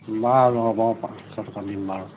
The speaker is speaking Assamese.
বাৰু হ'ব পাঁচশ টকা দিম বাৰু